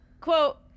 Quote